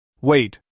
Wait